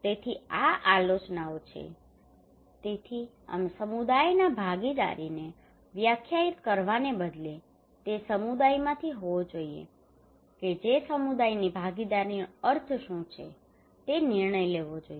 તેથી આ આલોચનાઓ છે તેથી અમે સમુદાયના ભાગીદારીને વ્યાખ્યાયિત કરવાને બદલે તે સમુદાયમાંથી હોવો જોઈએ કે જે સમુદાયની ભાગીદારીનો અર્થ શું છે તે નિર્ણય લેવો જોઈએ